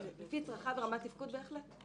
לפי צרכיו ורמת תפקוד בהחלט.